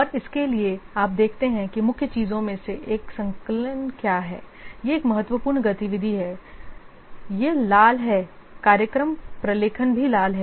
और इसके लिए आप देखते हैं कि मुख्य चीजों में से एक संकलन क्या है यह एक महत्वपूर्ण गतिविधि है यह लाल है कार्यक्रम प्रलेखन भी लाल है